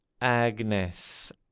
agnes